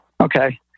Okay